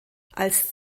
als